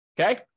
Okay